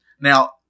Now